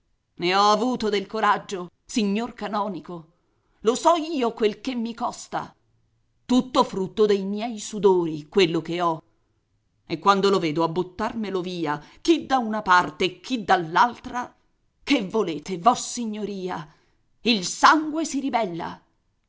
ne ho avuto del coraggio signor canonico lo so io quel che mi costa tutto frutto dei miei sudori quello che ho e quando lo vedo a buttarmelo via chi da una parte e chi dall'altra che volete vossignoria il sangue si ribella